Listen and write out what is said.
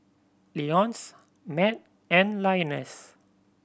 Leonce Matt and Linus